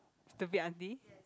stupid auntie